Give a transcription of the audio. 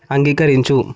అంగీకరించు